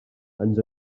ens